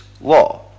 law